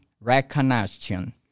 recognition